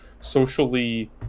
socially